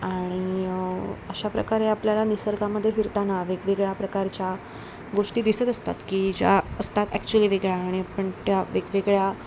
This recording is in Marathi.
आणि अशा प्रकारे आपल्याला निसर्गामधे फिरताना वेगवेगळ्या प्रकारच्या गोष्टी दिसत असतात की ज्या असतात ॲक्चुअली वेगळ्या आणि आपण त्या वेगवेगळ्या